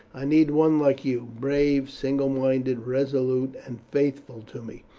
i need one like you, brave, single minded, resolute, and faithful to me,